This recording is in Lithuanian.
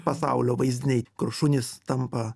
pasaulio vaizdiniai kur šunys tampa